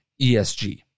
ESG